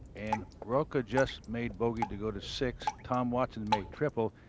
and rocca just made bogey to go to six tom watson make triple.